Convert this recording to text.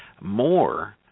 more